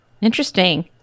Interesting